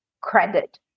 credit